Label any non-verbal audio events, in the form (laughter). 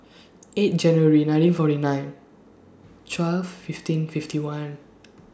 eight January nineteen forty nine twelve fifteen fifty one (noise)